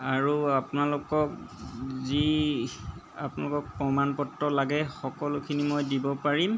আৰু আপোনালোকক যি আপোনালোকক প্ৰমাণ পত্ৰ লাগে সকলোখিনি মই দিব পাৰিম